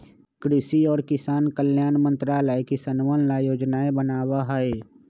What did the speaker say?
कृषि और किसान कल्याण मंत्रालय किसनवन ला योजनाएं बनावा हई